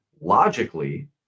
logically